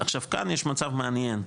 עכשיו כאן יש מצב מעניין,